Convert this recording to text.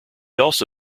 also